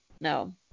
no